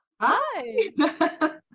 Hi